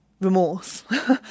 Remorse